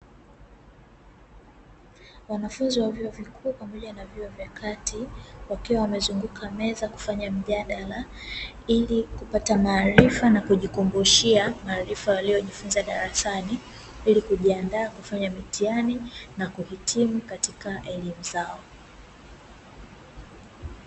Wanafunzi wa vyuo vikuu pamoja na vyuo vya kati, wakiwa wamezunguka meza kufanya mjadala, ili kupata maarifa na kujikumbushia maarifa waliyojifunza darasani ili kujiandaa kufanya mitihani na kuhitimu katika elimu zao.